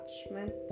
attachment